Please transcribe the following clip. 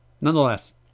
Nonetheless